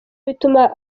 bituma